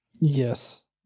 Yes